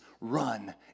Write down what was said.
run